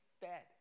fed